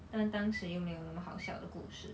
但当时又没有那么好笑的故事